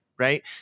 Right